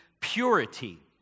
purity